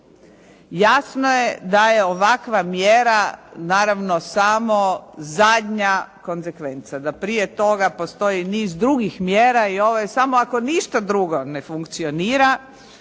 Jasno je da je ovakva mjera naravno samo zadnja konzekvenca, da prije toga postoji niz drugih mjera i ovo je samo ako ništa drugo ne funkcionira,